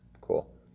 Cool